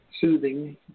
Soothing